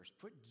Put